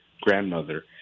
grandmother